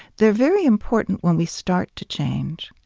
they're very important when we start to change.